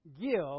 give